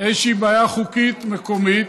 איזושהי בעיה חוקית מקומית.